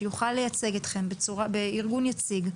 שיוכל לייצג אתכם בארגון יציג,